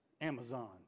Amazon